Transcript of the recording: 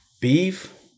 Beef